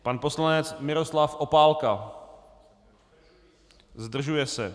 Pan poslanec Miroslav Opálka: Zdržuje se.